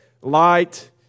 light